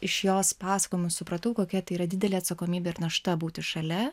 iš jos pasakojimų supratau kokia tai yra didelė atsakomybė ir našta būti šalia